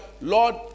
Lord